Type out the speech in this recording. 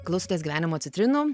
klausotės gyvenimo citrinų